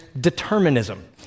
determinism